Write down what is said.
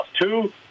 Two